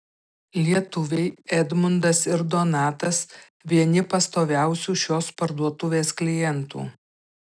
lietuviai edmundas ir donatas vieni pastoviausių šios parduotuvės klientų